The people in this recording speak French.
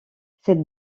cette